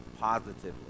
positively